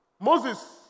Moses